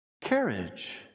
carriage